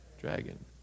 dragon